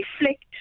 reflect